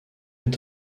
est